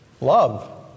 love